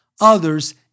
others